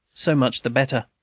so much the better.